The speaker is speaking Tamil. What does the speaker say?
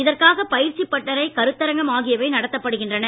இதற்காக பயிற்சி பட்டறை கருத்தரங்கம் ஆகியவை நடத்தப்படுகின்றன